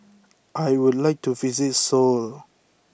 I would like to visit Seoul